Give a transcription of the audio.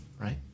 Right